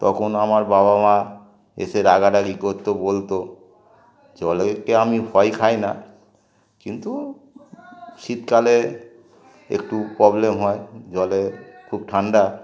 তখন আমার বাবা মা এসে রাগারাগি করতো বলতো জলকে আমি ভয় খাই না কিন্তু শীতকালে একটু প্রবলেম হয় জলে খুব ঠান্ডা